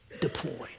deployed